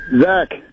Zach